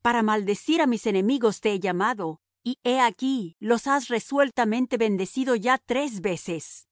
para maldecir á mis enemigos te he llamado y he aquí los has resueltamente bendecido ya tres veces